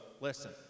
listen